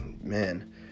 man